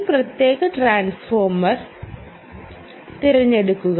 ഈ പ്രത്യേക ട്രാൻസ്ഫോർമർ തിരഞ്ഞെടുക്കുക